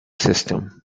system